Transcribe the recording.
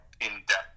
in-depth